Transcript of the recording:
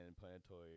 planetary